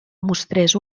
mostrés